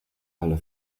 alla